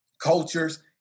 cultures